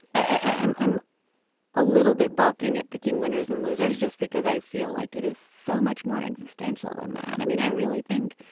ah i'm i'm a little bit balking at picking winners and losers just because i feel like it is so much more existential than that. i mean, i really think,